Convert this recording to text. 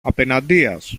απεναντίας